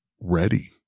ready